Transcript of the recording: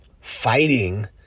fighting